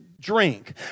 Drink